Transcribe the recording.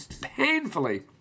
painfully